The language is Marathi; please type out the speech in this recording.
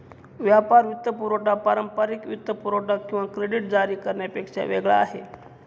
व्यापार वित्तपुरवठा पारंपारिक वित्तपुरवठा किंवा क्रेडिट जारी करण्यापेक्षा वेगळा आहे